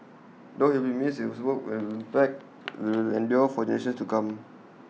though he will be missed his work and impact will endure for generations to come